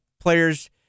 players